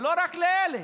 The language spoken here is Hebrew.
ולא רק לאלה,